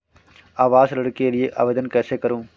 आवास ऋण के लिए आवेदन कैसे करुँ?